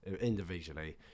individually